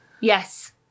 Yes